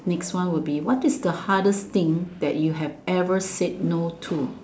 next one would be what is the hardest thing that you had ever said no to